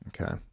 Okay